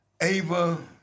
Ava